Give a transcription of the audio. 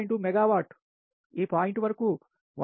2 megawatt ఈ point వరకు 1